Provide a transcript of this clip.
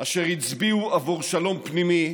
אשר הצביעו עבור שלום פנימי,